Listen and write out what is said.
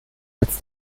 als